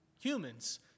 humans